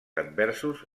adversos